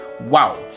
Wow